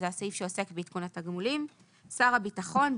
שר הביטחון,